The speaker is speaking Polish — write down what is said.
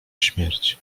śmierć